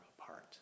apart